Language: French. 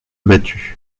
abattus